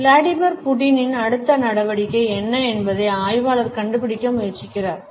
Vladimir புடினின் அடுத்த நடவடிக்கை என்ன என்பதை ஆய்வாளர் கண்டுபிடிக்க முயற்சிக்கிறார்